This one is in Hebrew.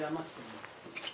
זה המקסימום,